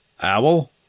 Owl